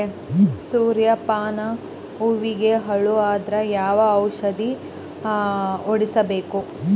ಸೂರ್ಯ ಪಾನ ಹೂವಿಗೆ ಹುಳ ಆದ್ರ ಯಾವ ಔಷದ ಹೊಡಿಬೇಕು?